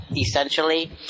essentially